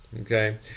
okay